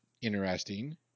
interesting